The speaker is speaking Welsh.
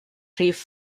rhif